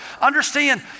Understand